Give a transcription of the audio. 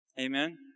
Amen